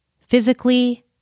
physically